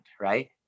right